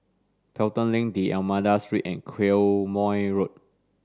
Pelton Link D'almeida Street and Quemoy Road